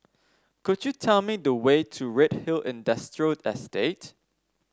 could you tell me the way to Redhill Industrial Estate